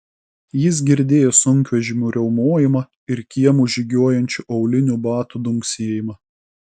jis girdėjo sunkvežimių riaumojimą ir kiemu žygiuojančių aulinių batų dunksėjimą